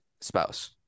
spouse